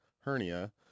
hernia